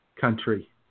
country